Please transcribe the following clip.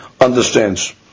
understands